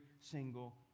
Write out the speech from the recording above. single